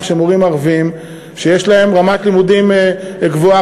שהמורים הערבים שיש להם רמת לימודים גבוהה